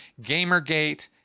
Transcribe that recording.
Gamergate